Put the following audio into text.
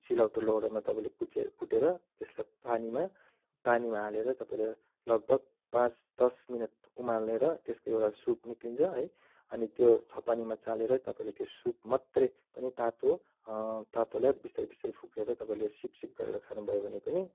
सिलौटो लोहोरोमा तपाईँले कुच्याएर कुटेर त्यसलाई पानीमा पानीमा हालेर तपाईँले लगभग पाँच दस मिनट उमालेर त्यसको एउटा सुप निक्लिन्छ है अनि त्यो छपनीमा चालेर तपाईँले त्यो सुप मात्रै पनि तातो तातोलाई बिस्तारै बिस्तारै फुकेर तपाईँले सिपसिप गरेर खानुभयो भने पनि